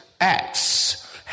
acts